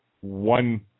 one